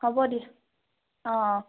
হ'ব দিয়া অঁ অঁ